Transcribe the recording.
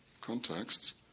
contexts